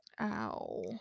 Ow